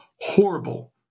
horrible